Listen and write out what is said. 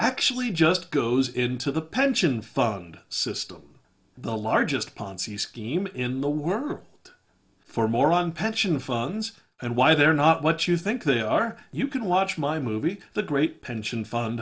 actually just goes into the pension fund system the largest ponzi scheme in the world for more on pension funds and why they're not what you think they are you can watch my movie the great pension fund